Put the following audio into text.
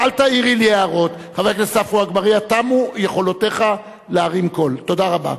תודה רבה.